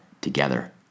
together